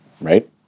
right